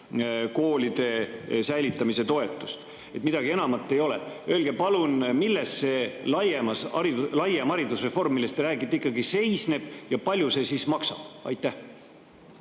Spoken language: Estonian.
maakoolide säilitamise toetust. Midagi enamat ei ole. Öelge palun, milles see laiem haridusreform, millest te räägite, ikkagi seisneb ja kui palju see siis maksab. Ega